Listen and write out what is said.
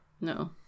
No